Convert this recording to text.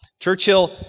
Churchill